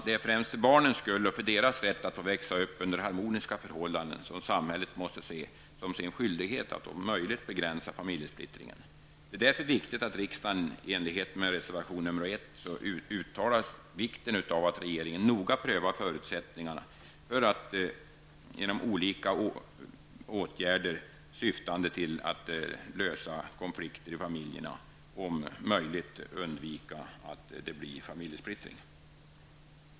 Det är främst för barnens skull och för deras rätt att få växa upp under harmoniska förhållanden som samhället måste se som sin skyldighet att om möjligt begränsa familjesplittringen. Det är därför viktigt att riksdagen i enlighet med reservation nr 1 uttalar vikten av att regeringen noga prövar förutsättningarna för olika åtgärder i syfte att lösa konflikter inom familjerna och om möjligt undvika att det blir familjesplittring.